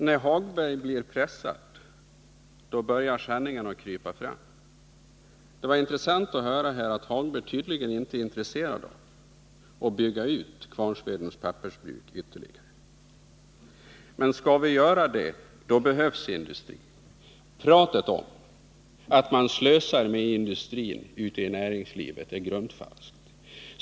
Herr talman! När Lars-Ove Hagberg blir pressad, då brukar sanningen krypa fram. Det var intressant att höra att Lars-Ove Hagberg tydligen inte är intresserad av att bygga ut Kvarnsvedens pappersbruk ytterligare. Men skall vi göra det, då behövs energin. Pratet om att man slösar med energin ute i näringslivet är grundfalskt.